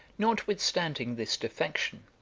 notwithstanding this defection,